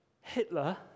Hitler